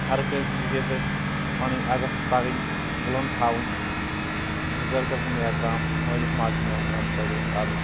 ہَر کٲنٛسۍ نِش گژھِ اسہِ پَنٕنۍ عزَت تگٔنۍ بُلَنٛد تھاوٕنۍ بُزَرگَن ہُنٛد احتِرام مٲلِس ماجہِ ہُنٛد احتِرام پَزِ اسہِ کَرُن